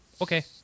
okay